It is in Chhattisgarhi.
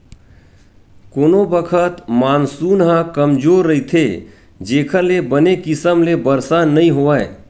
कोनो बखत मानसून ह कमजोर रहिथे जेखर ले बने किसम ले बरसा नइ होवय